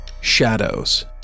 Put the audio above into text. Shadows